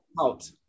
out